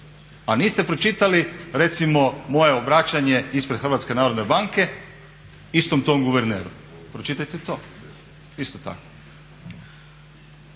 A niste pročitali recimo moje obraćanje ispred HNB-e istom tom guverneru, pročitajte to isto tako.